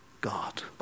God